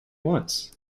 once